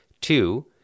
two